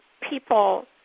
people